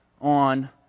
on